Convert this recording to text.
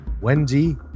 Wendy